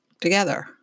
together